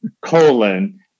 colon